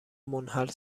منحل